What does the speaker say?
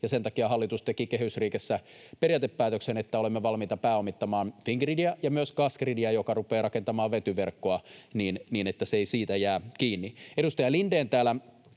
Sen takia hallitus teki kehysriihessä periaatepäätöksen, että olemme valmiita pääomittamaan Fingridiä ja myös Gasgridia, joka rupeaa rakentamaan vetyverkkoa, niin että se ei siitä jää kiinni. Edustaja Lindén täällä